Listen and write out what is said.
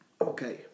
Okay